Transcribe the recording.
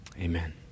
amen